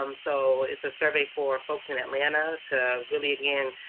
um so it's a survey for folks in atlanta to really, again,